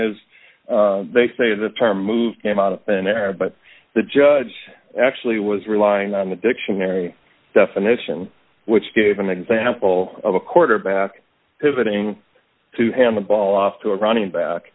is they say the term move came out of thin air but the judge actually was relying on the dictionary definition which gave an example of a quarterback pivoting to hand the ball off to a running back